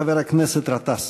חבר הכנסת גטאס.